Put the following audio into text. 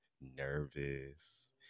nervous